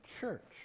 church